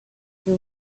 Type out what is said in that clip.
the